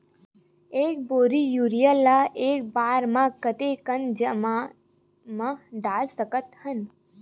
एक बोरी यूरिया ल एक बार म कते कन जमीन म डाल सकत हन?